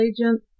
agent